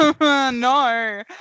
No